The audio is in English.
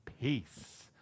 peace